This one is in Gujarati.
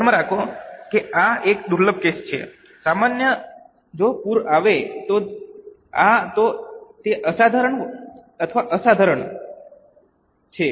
ધ્યાનમાં રાખો કે આ એક દુર્લભ કેસ છે સામાન્ય જો પૂર આવે છે તો કાં તો તે અસાધારણ અથવા અસાધારણ છે